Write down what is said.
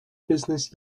business